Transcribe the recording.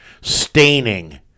staining